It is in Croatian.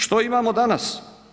Što imamo danas?